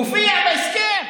מופיע בהסכם.